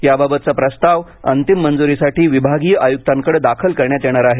याबाबतचा प्रस्ताव अंतिम मंजुरीसाठी विभागीय आयुक्तांकडे दाखल करण्यात येणार आहे